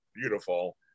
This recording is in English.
beautiful